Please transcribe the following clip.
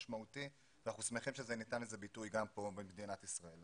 משמעותי ואנחנו שמחים שניתן לזה ביטוי גם כאן במדינת ישראל.